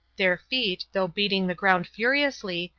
their feet, though beating the ground furiously,